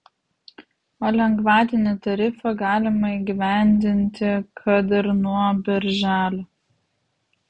o lengvatinį tarifą galima įgyvendinti kad ir nuo birželio